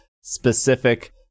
specific